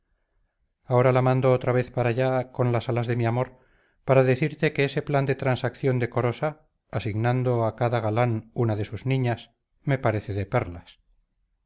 ahora la mando otra vez para allá con las alas de mi amor para decirte que ese plan de transacción decorosa asignando a cada galán una de sus niñas me parece de perlas